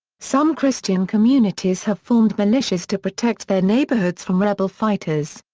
some christian communities have formed militias to protect their neighborhoods from rebel fighters.